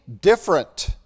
different